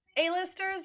A-listers